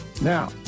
Now